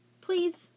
Please